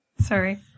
Sorry